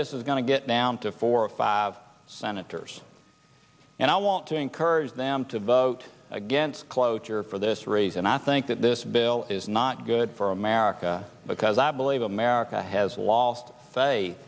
this is going to get down to four or five senators and i want to encourage them to vote against cloture for this reason i think that this bill is not good for america because i believe america has lost